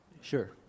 Sure